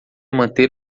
manter